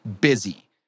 busy